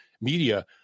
media